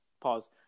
Pause